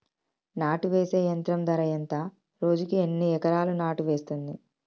నాటు వేసే యంత్రం ధర ఎంత రోజుకి ఎన్ని ఎకరాలు నాటు వేస్తుంది?